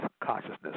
consciousness